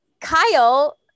Kyle